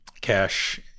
cash